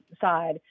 side